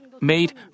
made